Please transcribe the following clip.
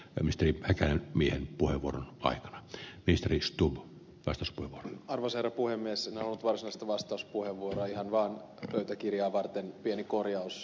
menestyksekkään miehen puhevuoron aikana isä risto en halunnut varsinaista vastauspuheenvuoroa ihan vaan pöytäkirjaa varten pieni korjaus